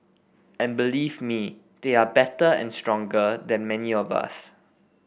and believe me they are better and stronger than many of us